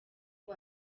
ngo